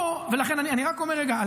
אני רק אומר רגע,